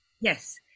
Yes